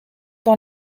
dans